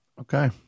Okay